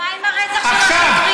מה עם הרצח של השוטרים?